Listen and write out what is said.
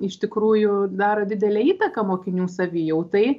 iš tikrųjų daro didelę įtaką mokinių savijautai